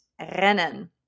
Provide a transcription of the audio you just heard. rennen